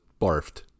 barfed